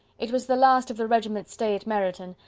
it was the last of the regiment's stay in meryton,